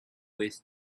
with